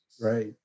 right